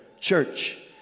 church